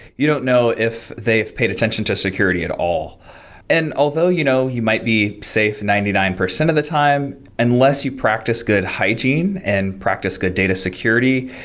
you don't know if they've paid attention to security at all and although you know you might be safe ninety nine percent of the time, unless you practice good hygiene and practice good data security,